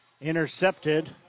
intercepted